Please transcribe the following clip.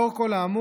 לאור כל האמור,